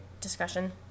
discussion